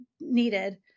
needed